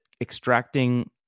extracting